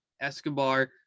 Escobar